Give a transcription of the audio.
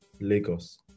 Lagos